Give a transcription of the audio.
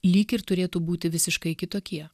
lyg ir turėtų būti visiškai kitokie